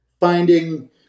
finding